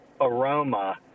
aroma